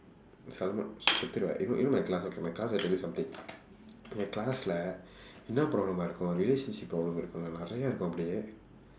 you know you know my class okay my class I tell you something என்:en classlae என்ன:enna problem தெரியுமா இருக்கும்:theriyumaa irukkum relationship problem நிறைய இருக்கும் அப்படியே:niraiya irukkum appadiyee